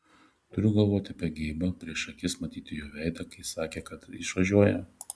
turiu galvoti apie geibą prieš akis matyti jo veidą kai sakė kad išvažiuoja